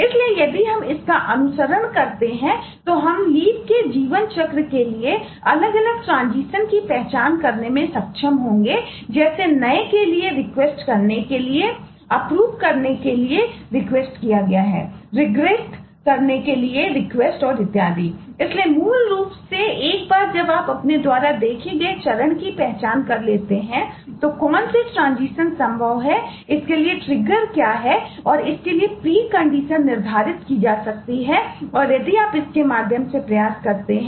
इसलिए यदि हम इसका अनुसरण करते हैं तो हम लीवनिर्धारित की जा सकती हैं और यदि आप इसके माध्यम से प्रयास करते हैं